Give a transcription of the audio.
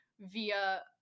via